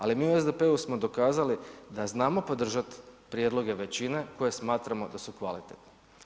Ali mi u SDP-u smo dokazali da znamo podržati prijedloge većine koje smatramo da su kvalitetni.